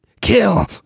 kill